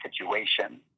situation